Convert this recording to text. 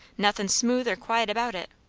nothin' smooth or quiet about it.